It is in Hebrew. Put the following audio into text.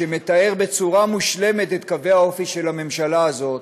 שמתאר בצורה מושלמת את קווי האופי של הממשלה הזאת,